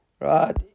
Right